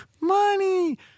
Money